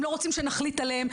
הם לא רוצים שנחליט עליהם,